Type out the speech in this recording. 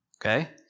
Okay